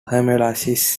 hemolysis